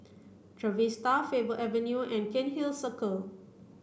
Trevista Faber Avenue and Cairnhill Circle